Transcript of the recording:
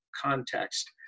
context